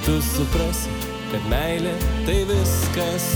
tu suprasi kad meilė tai viskas